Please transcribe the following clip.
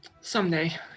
Someday